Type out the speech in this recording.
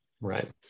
Right